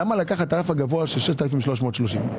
למה לקחת את הרף הגבוה של 6,330 ₪,